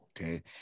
Okay